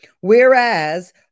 Whereas